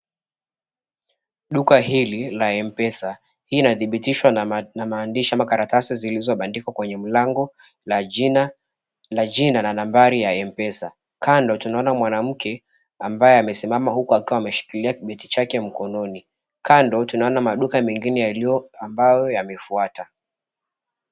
Duka hili la mpesa, hii inadhibitishwa na maandishi ama karatasi zilizobandikwa kwenye mlango la jina na nambari ya mpesa. Kando tunaona mwanamke ambaye amesimama huku akiwa ameshikilia kibeti chake mkononi. Kando tunaona maduka mengine ambayo yamefuata.